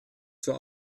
zur